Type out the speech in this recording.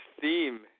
theme